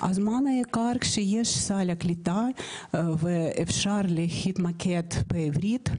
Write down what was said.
הזמן היקר כשיש סל קליטה ושאפשר להתמקד בעברית,